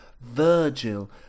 Virgil